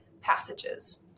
passages